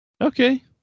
Okay